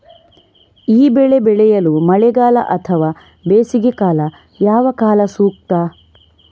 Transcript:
ಈ ಬೆಳೆ ಬೆಳೆಯಲು ಮಳೆಗಾಲ ಅಥವಾ ಬೇಸಿಗೆಕಾಲ ಯಾವ ಕಾಲ ಸೂಕ್ತ?